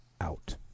Out